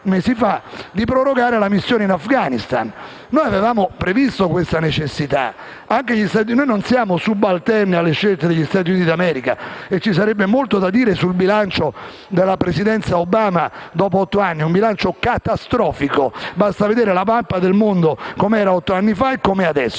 di prorogare la missione in Afghanistan. Noi avevamo previsto questa necessità. Non siamo subalterni alle scelte degli Stati Uniti d'America e ci sarebbe molto da dire sul bilancio della presidenza Obama, dopo otto anni: un bilancio catastrofico. Basta vedere la mappa del mondo come era otto anni fa e come è adesso,